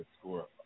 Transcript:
score